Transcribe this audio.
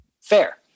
Fair